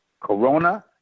Corona